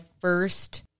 first